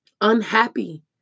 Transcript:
unhappy